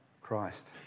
Christ